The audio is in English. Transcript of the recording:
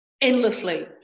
Endlessly